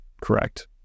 correct